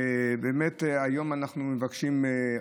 באמת היום אנחנו מבקשים,